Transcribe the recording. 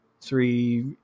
three